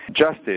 justice